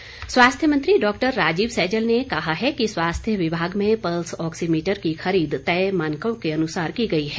सैजल स्वास्थ्य मंत्री डॉक्टर राजीव सैजल ने कहा है कि स्वास्थ्य विभाग में पल्स ऑक्सीमीटर की खरीद तय मानकों के अनुसार की गई है